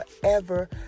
forever